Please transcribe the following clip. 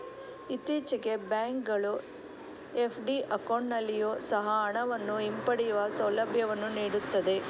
ಇತ್ತೀಚೆಗೆ ಬ್ಯಾಂಕ್ ಗಳು ಎಫ್.ಡಿ ಅಕೌಂಟಲ್ಲಿಯೊ ಸಹ ಹಣವನ್ನು ಹಿಂಪಡೆಯುವ ಸೌಲಭ್ಯವನ್ನು ನೀಡುತ್ತವೆ